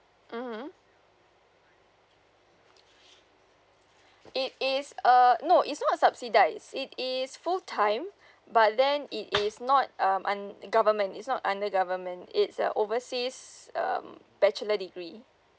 (uh huh) it is err no it's not a subsidise it is full time but then it is not um un~ government is not under government it's a overseas um bachelor degree